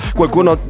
qualcuno